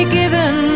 given